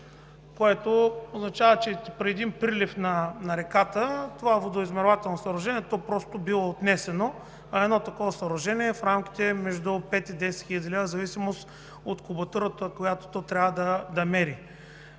което означава, че при прилив на реката водоизмервателното съоръжение просто ще бъде отнесено, а едно такова съоръжение е в рамките между 5 и 10 хил. лв., в зависимост от кубатурата, която то трябва да мери.